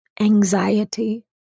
anxiety